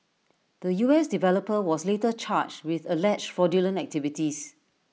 the U S developer was later charged with alleged fraudulent activities